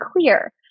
clear